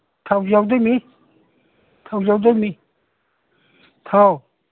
ꯊꯥꯎꯁꯨ ꯌꯥꯎꯗꯣꯏꯅꯤ ꯊꯥꯎꯁꯨ ꯌꯥꯎꯗꯣꯏꯅꯤ ꯊꯥꯎ